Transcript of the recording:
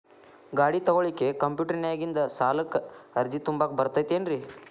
ಗಾಡಿ ತೊಗೋಳಿಕ್ಕೆ ಕಂಪ್ಯೂಟೆರ್ನ್ಯಾಗಿಂದ ಸಾಲಕ್ಕ್ ಅರ್ಜಿ ತುಂಬಾಕ ಬರತೈತೇನ್ರೇ?